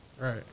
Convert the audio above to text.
Right